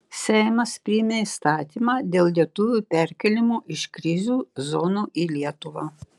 seimas priėmė įstatymą dėl lietuvių perkėlimo iš krizių zonų į lietuvą